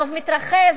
הרוב מתרחב,